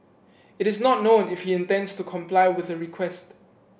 it is not known if he intends to comply with the request